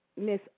Miss